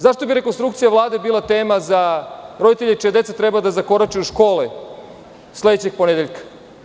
Zašto bi rekonstrukcija Vlade bila tema za roditelje čija deca treba da zakorače u škole sledećeg ponedeljka?